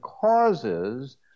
causes